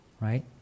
right